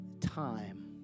time